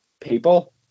people